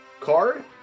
card